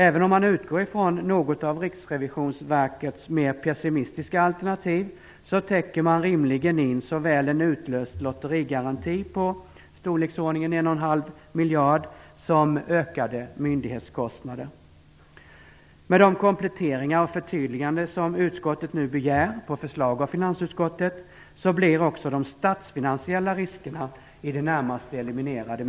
Även om man utgår från något av Riksrevisionsverkets mer pessimistiska alternativ täcker man rimligen in såväl en utlöst lotterigaranti på i storleksordningen 1,5 miljarder som ökade myndighetskostnader. Med de kompletteringar och förtydliganden som utskottet nu - på förslag av finansutskottet begär, blir också de statsfinansiella riskerna, menar jag, i det närmaste eliminerade.